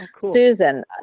Susan